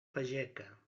fageca